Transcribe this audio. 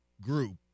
group